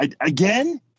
again